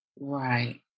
Right